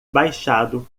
baixado